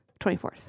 24th